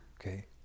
Okay